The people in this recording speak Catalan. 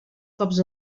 cops